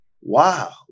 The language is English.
wow